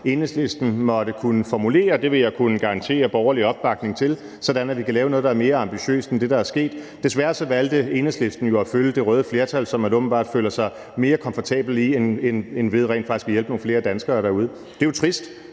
Enhedslisten måtte kunne formulere, ville jeg nærmest kunne garantere borgerlig opbakning til, sådan at vi kunne lave noget, der var mere ambitiøst end det, der er sket. Desværre valgte Enhedslisten jo at følge det røde flertal, som man åbenbart føler sig mere komfortabel i end ved rent faktisk at hjælpe nogle flere danskere derude. Det er jo trist,